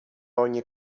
ogni